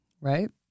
Right